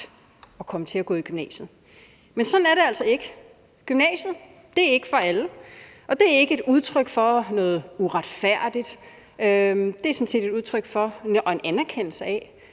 at komme til at gå i gymnasiet. Men sådan er det altså ikke. Gymnasiet er ikke for alle, og det er ikke et udtryk for noget uretfærdigt. Det er sådan set et udtryk for og en anerkendelse af,